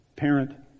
Parent